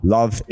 Love